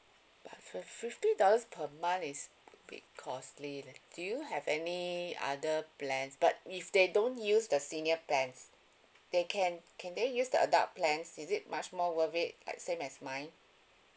but for fifty dollars per month is a bit costly leh do you have any other plans but if they don't use the senior plans they can can they use the adult plans is it much more worth it like same as mine